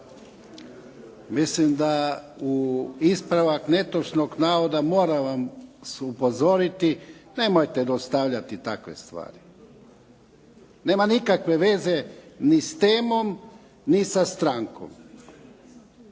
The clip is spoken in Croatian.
Mislim da u ispravak netočnog navoda moram vas upozoriti, nemojte dostavljati takve stvari. Nema nikakve veze ni s temom ni sa strankom.